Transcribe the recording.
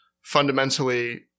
fundamentally